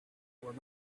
were